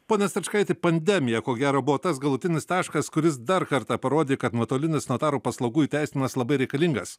pone stračkaiti pandemija ko gero buvo tas galutinis taškas kuris dar kartą parodė kad nuotolinis notarų paslaugų įteisinimas labai reikalingas